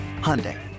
Hyundai